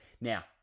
Now